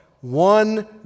one